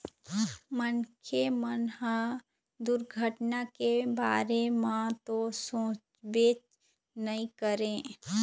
मनखे मन ह दुरघटना के बारे म तो सोचबे नइ करय